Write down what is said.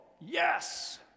yes